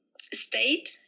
state